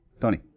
Tony